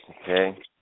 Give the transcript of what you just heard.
Okay